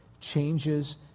changes